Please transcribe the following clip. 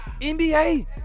NBA